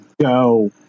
go